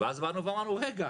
ואז באנו ואמרנו, רגע,